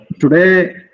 today